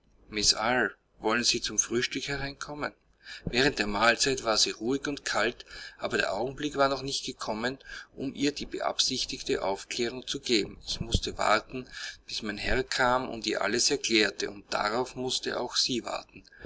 wollen sie zum frühstück hereinkommen während der mahlzeit war sie ruhig und kalt aber der augenblick war noch nicht gekommen um ihr die beabsichtigte aufklärung zu geben ich mußte warten bis mein herr kam und ihr alles erklärte und darauf mußte auch sie warten